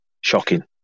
shocking